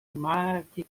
imagi